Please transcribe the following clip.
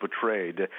portrayed